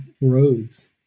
roads